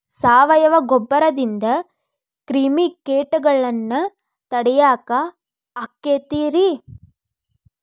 ಸಾವಯವ ಗೊಬ್ಬರದಿಂದ ಕ್ರಿಮಿಕೇಟಗೊಳ್ನ ತಡಿಯಾಕ ಆಕ್ಕೆತಿ ರೇ?